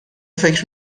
فکر